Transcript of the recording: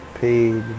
paid